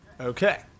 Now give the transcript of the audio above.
Okay